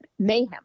Mayhem